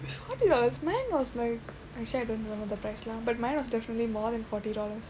forty dollars mine was like actually I don't remember the price lah but mine was definitely more than forty dollars